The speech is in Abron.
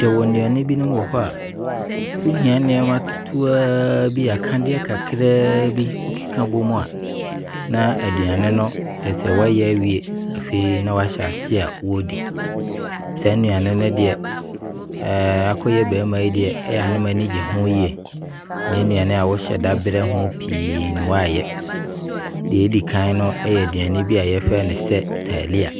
Yɛwɔ nnuane binom wɔhɔ a wohia nneɛma ketewa a bi, akadeɛ kakra bi, wo keka bɔ mu a, na aduane no kyerɛ sɛ wɔayɛ awie. Na afei na wahyɛ aseɛ a ne wɔdi. Saa nnuane no deɛ, makɔ yɛ bɛɛma no deɛ, ɛyɛ a na m'ani gye ho yie. Ɛnyɛ nnuane a wohyɛda brɛ ho pii ne wayɛ. Deɛ ɛdi kan no, ɛyɛ aduane bi a yɛfrɛ no sɛ talia.